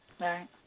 Right